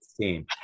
team